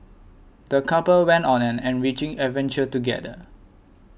the couple went on an enriching adventure together